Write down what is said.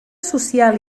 social